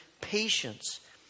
patience